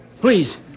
Please